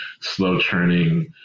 slow-turning